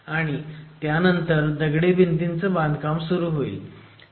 आणि त्यानंतर दगडी भिंतींचं बांधकाम सुरू होईल